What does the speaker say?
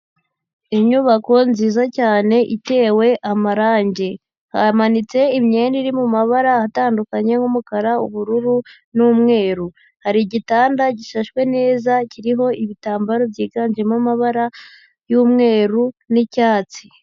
Inyubako nziza cyane itewe amarangi, hamanitse imyenda iri mu mu mabara atandukanye nk'umukara, ubururu n'umweru, hari igitanda gishashwe neza kiriho ibitambaro byiganjemo amabara y'umweru n'icyatsi.